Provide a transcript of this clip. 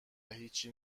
هیچی